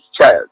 child